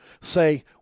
say